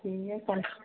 ठीक है कल